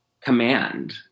command